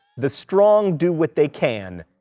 the strong do what they can,